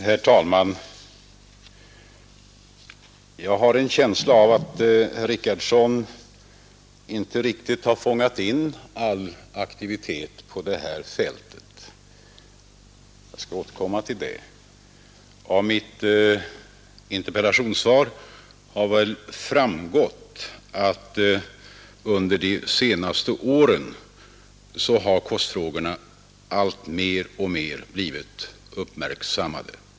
Herr talman! Jag har en känsla av att herr Richardson inte riktigt har fångat in all aktivitet på detta fält. Jag skall återkomma till det. Av mitt interpellationssvar har väl framgått att under de senaste åren har kostfrågorna mer och mer blivit uppmärksammade.